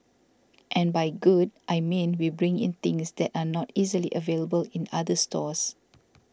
and by good I mean we bring in things that are not easily available in other stores